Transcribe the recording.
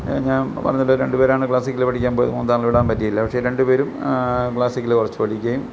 ഞാൻ പറഞ്ഞല്ലോ രണ്ടുപേരാണ് ക്ലാസിക്കല് പഠിക്കാൻ പോയത് മൂന്നാമത് വിടാൻ പറ്റിയില്ല പക്ഷെ രണ്ടുപേരും ക്ലാസ്സിക്കല് കുറച്ച് പഠിക്കുകയും